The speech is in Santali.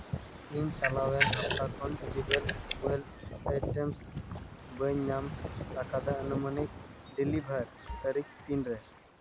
ᱤᱧ ᱪᱟᱞᱟᱣᱮᱱ ᱦᱟᱯᱛᱟ ᱠᱷᱚᱱ ᱟᱭᱴᱮᱢᱥ ᱵᱟᱹᱧ ᱧᱟᱢ ᱟᱠᱟᱫᱟ ᱟᱹᱱᱩᱢᱟᱹᱱᱤᱠ ᱰᱮᱞᱤᱵᱷᱟᱨ ᱛᱟᱹᱨᱤᱠᱷ ᱛᱤᱱ ᱨᱮ